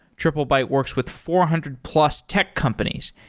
triplebyte works with four hundred plus tech companies,